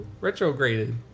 retrograded